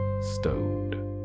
stowed